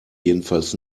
jedenfalls